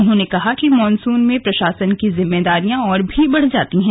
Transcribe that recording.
उन्होंने कहा कि मॉनसून में प्रशासन की जिमेदारियां और भी बढ़ जाती है